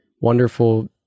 wonderful